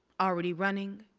already running,